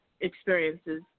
experiences